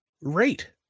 rate